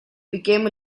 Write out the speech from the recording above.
became